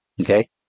okay